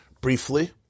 briefly